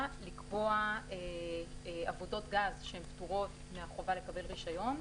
לקבוע עבודות גז שהן פטורות מהחובה לקבל רישיון,